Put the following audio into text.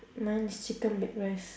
mine is chicken bake rice